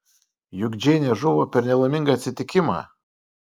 juk džeinė žuvo per nelaimingą atsitikimą